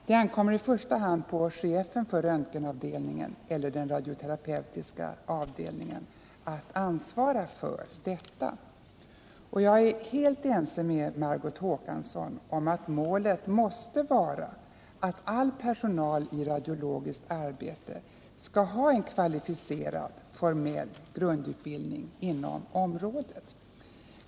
Det ankommer i första hand på chefen för röntgenavdelningen eller den radioterapeutiska avdelningen att ansvara för detta, och jag är helt ense med Margot Håkansson om att målet måste vara att all personal i radiologiskt arbete skall ha en kvalificerad formell grundutbildning inom området.